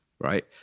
right